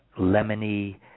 lemony